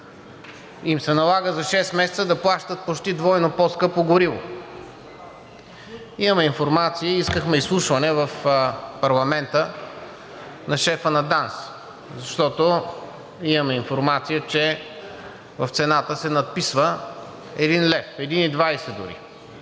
им се налага за шест месеца да плащат почти двойно по-скъпо гориво. Имаме информации и искахме изслушване в парламента на шефа на ДАНС, защото имаме информация, че в цената се надписва 1 лев, 1,20 дори.